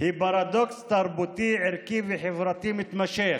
היא פרדוקס תרבותי, ערכי וחברתי מתמשך,